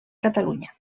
catalunya